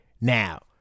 now